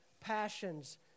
passions